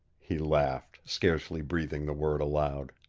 he laughed, scarcely breathing the word aloud.